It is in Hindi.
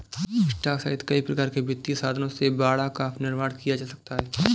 स्टॉक सहित कई प्रकार के वित्तीय साधनों से बाड़ा का निर्माण किया जा सकता है